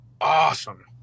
awesome